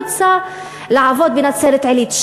רוצה לעבוד בנצרת-עילית,